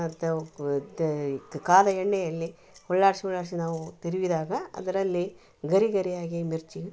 ತ ಕ ತ ಕಾದ ಎಣ್ಣೆಯಲ್ಲಿ ಹೊರ್ಳಾಡಿಸಿ ಹೊರ್ಳಾಡಿಸಿ ನಾವು ತಿರುವಿದಾಗ ಅದರಲ್ಲಿ ಗರಿ ಗರಿಯಾಗಿ ಮಿರ್ಚಿ